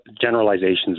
generalizations